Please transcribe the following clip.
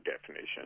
definition